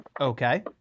Okay